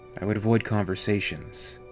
i would avoid conversations.